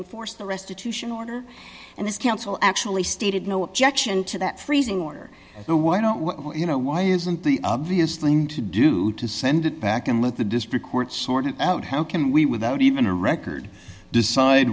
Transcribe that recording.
enforce the restitution order and this counsel actually stated no objection to that freezing order so why don't you know why isn't the obvious thing to do to send it back and let the district court sort it out how can we without even a record decide